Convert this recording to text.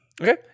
Okay